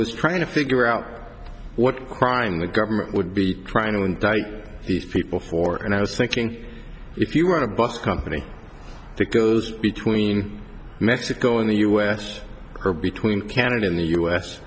was trying to figure out what crime the government would be trying to indict these people for and i was thinking if you want a bus company the goes between mexico and the u s or between canada and the u